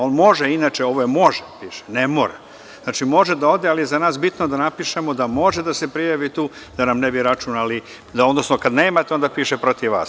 On može, inače ovo može piše, ne mora, znači, može da ode, ali je za nas bitno da napišemo da može da se prijavi tu, da nam ne bi računali, odnosno, kad nemate, onda piše protiv vas.